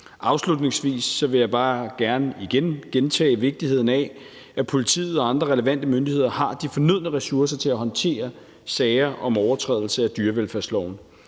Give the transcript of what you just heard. Afslutningsvis vil jeg bare gerne igen gentage vigtigheden af, at politiet og andre relevante myndigheder har de fornødne ressourcer til at håndtere sager om overtrædelse af dyrevelfærdsloven.